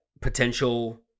potential